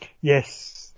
Yes